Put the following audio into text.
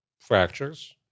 fractures